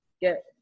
get